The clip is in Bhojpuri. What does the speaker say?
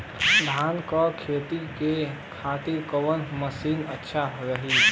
धान के खेती के खातिर कवन मशीन अच्छा रही?